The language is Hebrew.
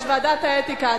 יש ועדת האתיקה.